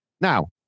Now